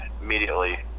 immediately